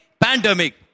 pandemic